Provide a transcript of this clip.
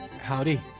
Howdy